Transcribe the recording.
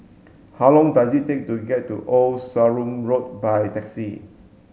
how long does it take to get to Old Sarum Road by taxi